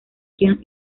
quien